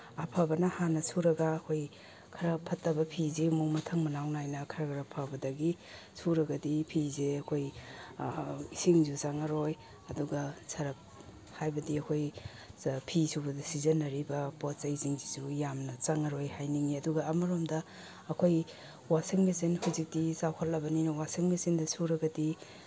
ꯑꯐꯕꯅ ꯍꯥꯟꯅ ꯁꯨꯔꯒ ꯑꯩꯈꯣꯏ ꯈꯔ ꯐꯠꯇꯕ ꯐꯤꯁꯤ ꯑꯃꯨꯛ ꯃꯊꯪ ꯃꯅꯥꯎ ꯅꯥꯏꯅ ꯈꯔ ꯈꯔ ꯐꯕꯗꯒꯤ ꯁꯨꯔꯒꯗꯤ ꯐꯤꯁꯦ ꯑꯩꯈꯣꯏ ꯏꯁꯤꯡꯁꯨ ꯆꯪꯉꯔꯣꯏ ꯑꯗꯨꯒ ꯁꯔꯞ ꯍꯥꯏꯕꯗꯤ ꯑꯩꯈꯣꯏ ꯐꯤ ꯁꯨꯕꯗ ꯁꯤꯖꯤꯟꯅꯔꯤꯕ ꯄꯣꯠ ꯆꯩꯁꯤꯡꯁꯤꯁꯨ ꯌꯥꯝꯅ ꯆꯪꯉꯔꯣꯏ ꯍꯥꯏꯅꯤꯡꯉꯤ ꯑꯗꯨꯒ ꯑꯃꯔꯣꯝꯗ ꯑꯩꯈꯣꯏ ꯋꯥꯁꯤꯡ ꯃꯦꯆꯤꯟ ꯍꯧꯖꯤꯛꯇꯤ ꯆꯥꯎꯈꯠꯂꯕꯅꯤꯅ ꯋꯥꯁꯤꯡ ꯃꯦꯆꯤꯟꯗ ꯁꯨꯔꯒꯗꯤ